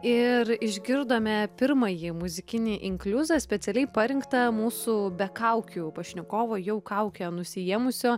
ir išgirdome pirmąjį muzikinį inkliuzą specialiai parinktą mūsų be kaukių pašnekovo jau kaukę nusiėmusio